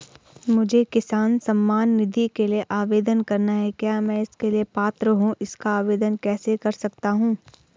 मुझे किसान सम्मान निधि के लिए आवेदन करना है क्या मैं इसके लिए पात्र हूँ इसका आवेदन कैसे कर सकता हूँ?